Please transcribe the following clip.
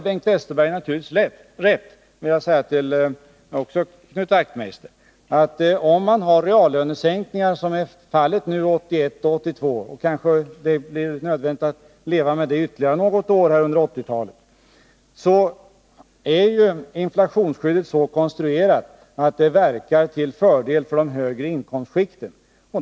Bengt Westerberg har alldeles rätt i, det vill jag också säga till Knut Wachtmeister, att om reallönesänkningar inträffar, vilket är fallet 1981 och 1982 — kanske blir det nödvändigt att leva med det ytterligare något år under 1980-talet — så är inflationsskyddet så konstruerat att det verkar till fördel för de högre inkomstskikten.